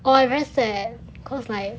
orh I very sad cause like